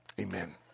Amen